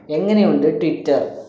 എങ്ങനെയുണ്ട് ട്വിറ്റർ